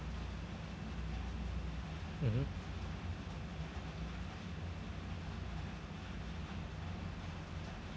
mmhmm